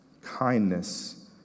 kindness